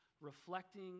reflecting